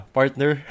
partner